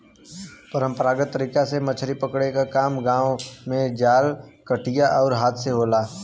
परंपरागत तरीका में मछरी पकड़े के काम गांव में जाल, कटिया आउर हाथ से होला